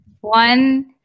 one